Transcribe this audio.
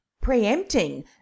preempting